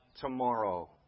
tomorrow